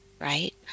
right